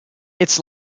its